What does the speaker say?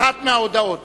אחת מההודעות